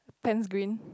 pants green